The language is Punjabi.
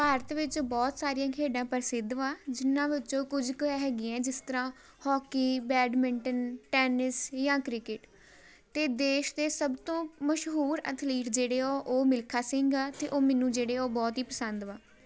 ਭਾਰਤ ਵਿੱਚ ਬਹੁਤ ਸਾਰੀਆਂ ਖੇਡਾਂ ਪ੍ਰਸਿੱਧ ਵਾ ਜਿਹਨਾਂ ਵਿੱਚੋਂ ਕੁਝ ਕੁ ਹੈਗੀਆਂ ਜਿਸ ਤਰ੍ਹਾਂ ਹਾਕੀ ਬੈਡਮਿੰਟਨ ਟੈਨਿਸ ਜਾਂ ਕ੍ਰਿਕਟ ਅਤੇ ਦੇਸ਼ ਦੇ ਸਭ ਤੋਂ ਮਸ਼ਹੂਰ ਅਥਲੀਟ ਜਿਹੜੇ ਓ ਉਹ ਮਿਲਖਾ ਸਿੰਘ ਆ ਅਤੇ ਉਹ ਮੈਨੂੰ ਜਿਹੜੇ ਉਹ ਬਹੁਤ ਹੀ ਪਸੰਦ ਵਾ